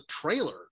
trailer